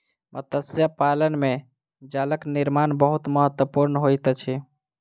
मत्स्य पालन में जालक निर्माण बहुत महत्वपूर्ण होइत अछि